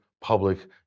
public